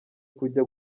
kujya